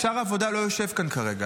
כי שר העבודה לא יושב כאן כרגע.